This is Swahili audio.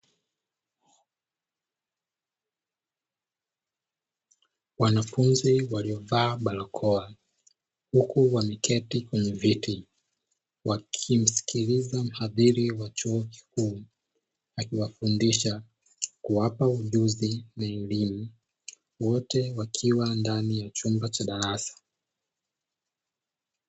Wanafunzi waliovaa barakoa, huku wamekaa kwenye viti, wakimsikiliza mhadhiri wa chuo kikuu akiwafundisha, kuwa kuwapa ujuzi na elimu wote wakiwa ndani ya chumba cha darasa."